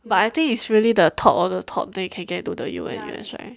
but I think it's really the top of the top then you can get to the Yale N_U_S right